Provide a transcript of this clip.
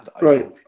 Right